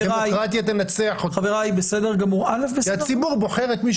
הדמוקרטיה תנצח כי הציבור בוחר את מי